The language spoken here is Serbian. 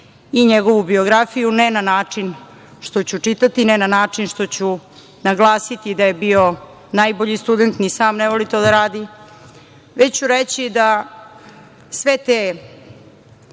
i njegovu biografiju, ne na način što ću čitati, ne na način što ću naglasiti da je bio najbolji student, ni sam ne voli to da radi, već ću reći da sve te